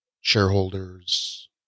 shareholders